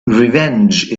revenge